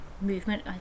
movement